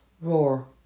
Roar